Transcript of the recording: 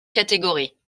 catégories